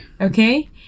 Okay